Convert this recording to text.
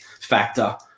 factor